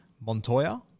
Montoya